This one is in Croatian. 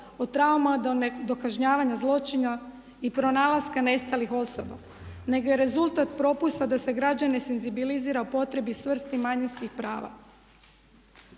od trauma, do kažnjavanja zločina i pronalaska nestalih osoba, nego je rezultat propusta da se građane senzibilizira o potrebi … manjinskih prava.